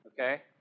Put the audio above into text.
Okay